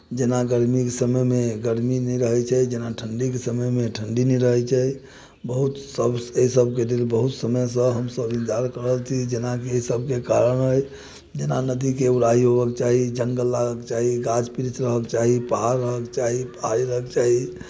जेना गरमीक समयमे गरमी नहि रहैत छै जेना ठंडीके समयमे ठंडी नहि रहै छै बहुत से सभ बहुत समयसँ हमसभ इन्तजार कऽ रहल छी जेना एहिसभके कारण अइ जेना नदीके उड़ाही होबक चाही जंगल रहक चाही गाछ वृक्ष रहक चाही पहाड़ रहक चाही पाइ रहक चाही